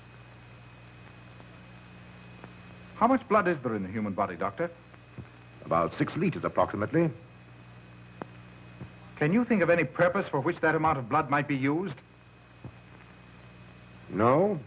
how much blood is there in the human body doctor about six liters approximately can you think of any purpose for which that amount of blood might be used no